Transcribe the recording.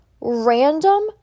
random